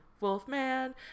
Wolfman